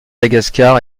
madagascar